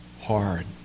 hard